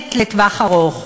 מתכננת לטווח ארוך.